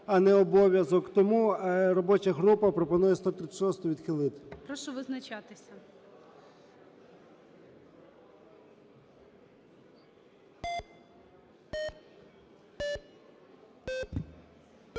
Тому робоча група пропонує 136-у відхилити.